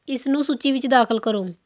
ਇਸ ਨੂੰ ਸੂਚੀ ਵਿੱਚ ਦਾਖਲ ਕਰੋ